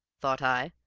thought i,